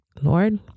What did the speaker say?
Lord